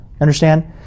Understand